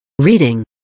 Reading